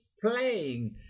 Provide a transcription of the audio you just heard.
playing